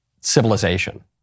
civilization